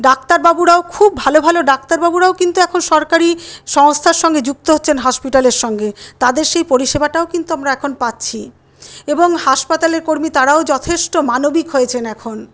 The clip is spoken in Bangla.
ডাক্তারবাবুরাও খুব ভালো ভালো ডাক্তারবাবুরাও কিন্তু এখন সরকারি সংস্থার সঙ্গে যুক্ত হচ্ছেন হসপিটালের সঙ্গে তাদের সেই পরিষেবাটাও কিন্তু আমরা এখন পাচ্ছি এবং হাসপাতালের কর্মী তারাও যথেষ্ট মানবিক হয়েছেন এখন